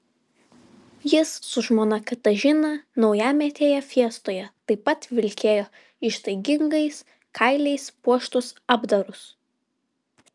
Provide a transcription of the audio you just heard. jis su žmona katažina naujametėje fiestoje taip pat vilkėjo ištaigingais kailiais puoštus apdarus